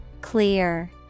Clear